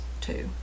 two